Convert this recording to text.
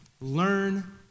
Learn